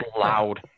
loud